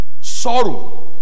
Sorrow